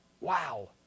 Wow